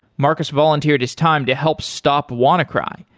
marcus volunteered his time to help stop wannacry.